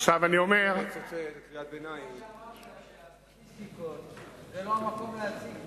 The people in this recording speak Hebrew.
כמו שאמרת, את הסטטיסטיקה זה לא המקום להציג.